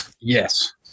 yes